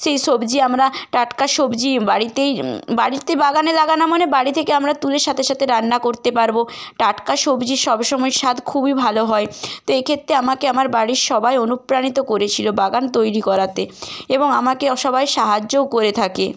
সেই সবজি আমরা টাটকা সবজি বাড়িতেই বাড়িতে বাগানে লাগানো মানে বাড়ি থেকে আমরা তুলে সাথে সাথে রান্না করতে পারবো টাটকা সবজির সব সময় স্বাদ খুবই ভালো হয় তো এক্ষেত্রে আমাকে আমার বাড়ির সবাই অনুপ্রাণিত করেছিলো বাগান তৈরি করাতে এবং আমাকে ও সবাই সাহায্যও করে থাকে